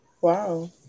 wow